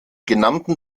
genannte